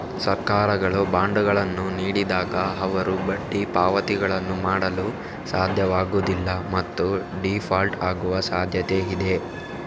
ಸರ್ಕಾರಗಳು ಬಾಂಡುಗಳನ್ನು ನೀಡಿದಾಗ, ಅವರು ಬಡ್ಡಿ ಪಾವತಿಗಳನ್ನು ಮಾಡಲು ಸಾಧ್ಯವಾಗುವುದಿಲ್ಲ ಮತ್ತು ಡೀಫಾಲ್ಟ್ ಆಗುವ ಸಾಧ್ಯತೆಯಿದೆ